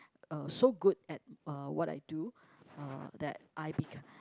uh so good at uh what I do uh that I be